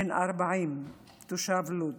בן 40, תושב לוד.